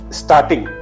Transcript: starting